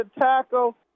tackle